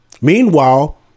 Meanwhile